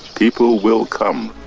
people will come.